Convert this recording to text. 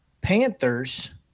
Panthers